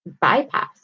bypass